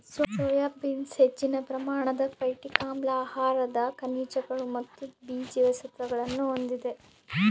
soya beans ಹೆಚ್ಚಿನ ಪ್ರಮಾಣದ phytic ಆಮ್ಲ ಆಹಾರದ ಖನಿಜಗಳು ಮತ್ತು ಬಿ ಜೀವಸತ್ವಗುಳ್ನ ಹೊಂದಿದೆ